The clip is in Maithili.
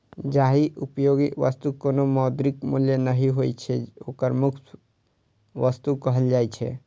जाहि उपयोगी वस्तुक कोनो मौद्रिक मूल्य नहि होइ छै, ओकरा मुफ्त वस्तु कहल जाइ छै